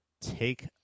take